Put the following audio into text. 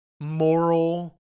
moral